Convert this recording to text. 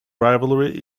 rivalry